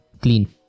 clean